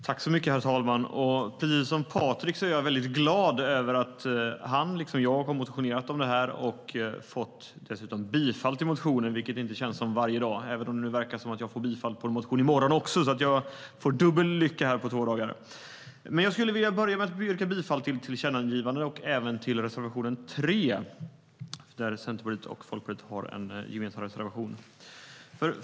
Herr talman! Precis som Patrick Reslow är jag väldigt glad över att han och jag motionerat om det här och dessutom fått motionerna tillstyrkta, vilket inte känns som varje dag, även om det nu verkar som att jag får bifall på en annan motion i morgon, så att jag får dubbel lycka på två dagar. Jag yrkar bifall till tillkännagivandena och till reservation 3, som Centerpartiet och Folkpartiet har gemensamt.